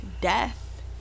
death